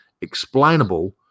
explainable